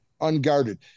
unguarded